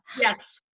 Yes